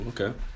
okay